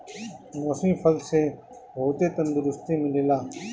मौसमी फल से बहुते तंदुरुस्ती मिलेला